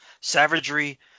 Savagery